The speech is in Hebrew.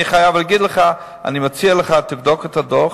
אני מציע לך לבדוק את הדוח,